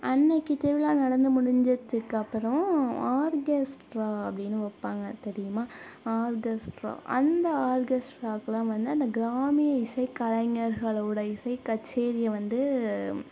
அன்னிக்கு திருவிழா நடந்து முடிஞ்சதுக்கப்பறம் ஆர்கெஸ்ட்ரா அப்படினு வைப்பாங்க தெரியுமா ஆர்கெஸ்ட்ரா அந்த ஆர்கெஸ்ட்ராக்குலாம் வந்து அந்த கிராமிய இசை கலைஞர்களோடய இசை கச்சேரியை வந்து